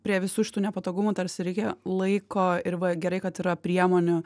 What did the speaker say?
prie visų šitų nepatogumų tarsi reikėjo laiko ir va gerai kad yra priemonių